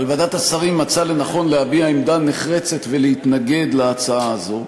ועדת השרים מצאה לנכון להביע עמדה נחרצת ולהתנגד להצעה הזו,